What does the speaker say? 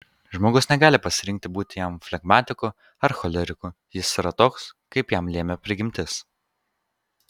žmogus negali pasirinkti būti jam flegmatiku ar choleriku jis yra toks kaip jam lėmė prigimtis